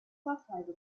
vorzeige